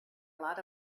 lot